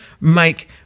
make